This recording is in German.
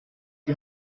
die